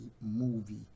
movie